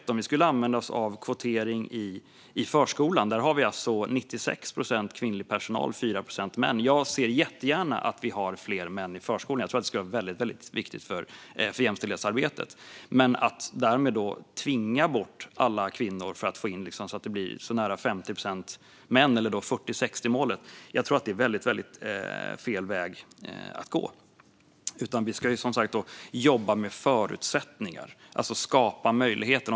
Tänk om vi skulle använda oss av kvotering i förskolan, där vi har 96 procent kvinnlig personal och 4 procent manlig. Jag ser jättegärna att vi har fler män i förskolan; jag tror att det skulle vara väldigt viktigt för jämställdhetsarbetet. Men att tvinga bort alla kvinnor för att komma nära 50 procent män eller nå 4060-målet tror jag är fel väg att gå. Vi ska jobba med förutsättningar och skapa möjligheter.